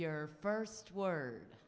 your first word